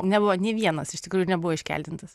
nebuvo nei vienas iš tikrųjų nebuvo iškeldintas